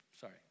Sorry